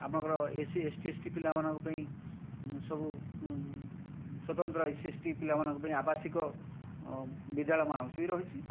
ଆପଣଙ୍କର SC ST ST ପିଲାମାନଙ୍କ ପାଇଁ ସବୁ ସ୍ୱତନ୍ତ୍ର ଏସ୍ସି ଏସ୍ଟି ପିଲାମାନଙ୍କ ପାଇଁ ଆବାସିକ ବିଦ୍ୟାଳୟମାନ ସେ ବି ରହିଛି